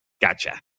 Gotcha